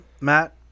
Matt